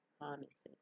promises